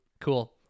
cool